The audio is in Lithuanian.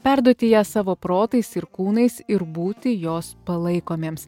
perduoti ją savo protais ir kūnais ir būti jos palaikomiems